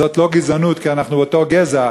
זאת לא גזענות כי אנחנו מאותו גזע,